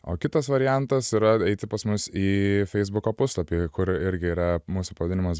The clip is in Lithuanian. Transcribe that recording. o kitas variantas yra eiti pas mus į feisbuko puslapį kur irgi yra mūsų pavadinimas